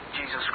Jesus